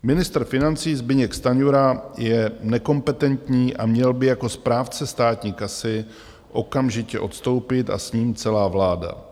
Ministr financí Zbyněk Stanjura je nekompetentní a měl by jako správce státní kasy okamžitě odstoupit a s ním celá vláda.